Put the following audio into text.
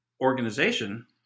organization